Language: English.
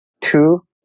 two